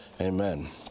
amen